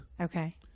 Okay